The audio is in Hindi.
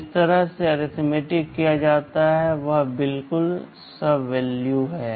जिस तरह से अरिथमेटिक किया जाता है वह बिल्कुल समान है